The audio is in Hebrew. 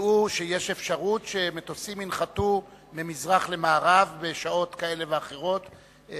ידעו שיש אפשרות שמטוסים ינחתו ממזרח למערב בשעות כאלה ואחרות.